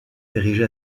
érigé